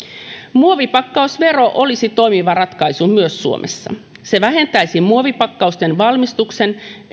muovipakkausvero olisi toimiva ratkaisu myös suomessa se vähentäisi muovipakkausten valmistuksen